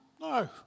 No